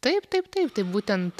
taip taip taip tai būtent